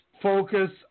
focus